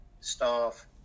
staff